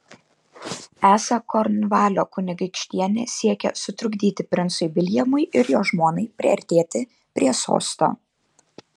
esą kornvalio kunigaikštienė siekia sutrukdyti princui viljamui ir jo žmonai priartėti prie sosto